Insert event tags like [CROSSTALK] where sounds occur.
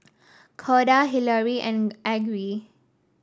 Corda Hilary and [UNINTELLIGIBLE] Aggie